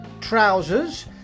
trousers